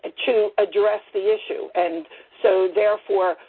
to address the issue. and so, therefore,